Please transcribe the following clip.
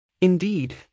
Indeed